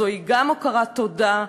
זו גם הכרת תודה,